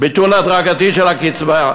ביטול הדרגתי של הקצבה,